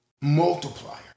multiplier